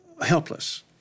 helpless